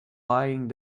laying